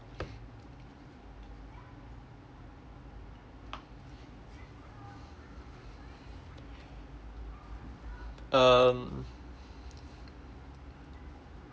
um